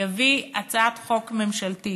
יביא הצעת חוק ממשלתית,